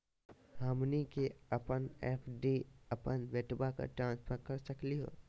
हमनी के अपन एफ.डी अपन बेटवा क ट्रांसफर कर सकली हो?